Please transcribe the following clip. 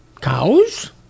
Cows